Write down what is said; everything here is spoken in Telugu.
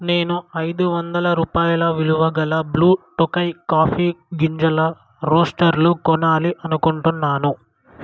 నేను ఐదు వందల రూపాయల విలువ గల బ్లూ టొకై కాఫీ గింజల రోస్టర్లు కొనాలి అనుకుంటున్నాను